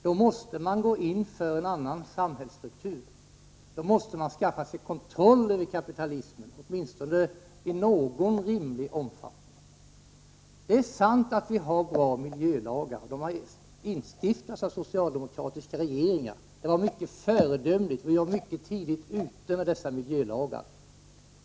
Då måste man gå in för en annan samhällsstruktur. Man måste skaffa sig kontroll över kapitalismen — åtminstone i någon rimlig omfattning. Det är sant att vi har bra miljölagar, och de har instiftats av socialdemokratiska regeringar. Det var mycket föredömligt, och vi var mycket tidigt ute med dessa miljölagar.